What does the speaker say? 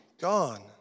gone